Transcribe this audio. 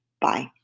Bye